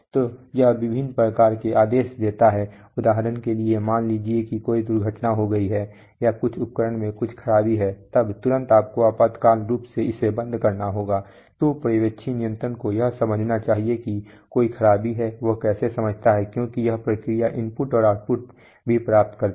तो यह विभिन्न प्रकार के आदेश देता है उदाहरण के लिए मान लीजिए कि कोई दुर्घटना हो गई है या कुछ उपकरण में कुछ खराबी है तब तुरंत आपको आपातकाल रूप से बंद करना होगा तो पर्यवेक्षी नियंत्रक को यह समझना चाहिए कि कोई खराबी है वह कैसे समझता है क्योंकि यह प्रक्रिया इनपुट और आउटपुट भी प्राप्त करता है